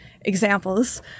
examples